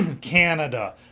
Canada